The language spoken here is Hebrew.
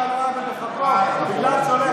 על לא עוול בכפו בגלל שהוא הולך עם זקן.